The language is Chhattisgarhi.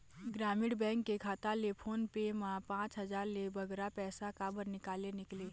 ग्रामीण बैंक के खाता ले फोन पे मा पांच हजार ले बगरा पैसा काबर निकाले निकले?